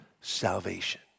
salvation